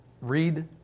read